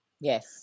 yes